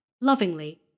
lovingly